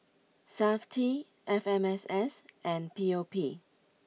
Safti F M S S and P O P